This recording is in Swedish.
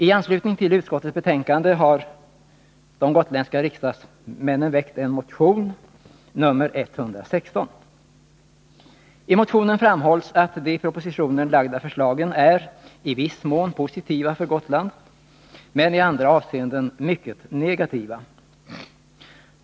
I anslutning till I motionen framhålls att de i propositionen lagda förslagen är i viss mån positiva för Gotland men i andra avseenden mycket negativa.